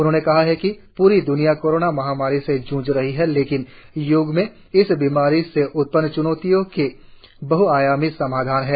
उन्होंने कहा कि प्री द्रनिया कोरोना महामारी से ज्झ रही है लेकिन योग में इस बीमारी से उत्पन्न च्नौतियों के बहआयामी समाधान हैं